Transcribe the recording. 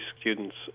students